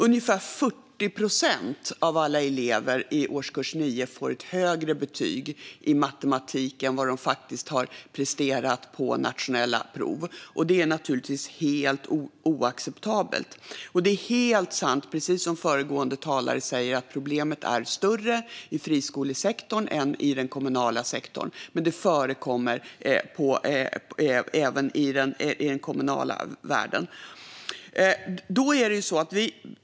Ungefär 40 procent av alla elever i årskurs 9 får ett högre betyg i matematik än vad de har presterat på nationella prov, och det är naturligtvis helt oacceptabelt. Det är helt sant, precis som föregående talare säger, att problemet är större i friskolesektorn än i den kommunala sektorn, men det förekommer även i den kommunala världen.